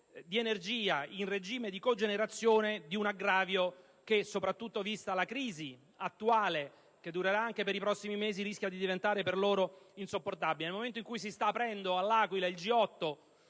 di energia in regime di cogenerazione di un aggravio che, soprattutto vista la crisi attuale, che durerà anche per i prossimi mesi, rischia di diventare per loro insopportabile. Nel momento in cui si sta aprendo all'Aquila il G8,